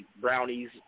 brownies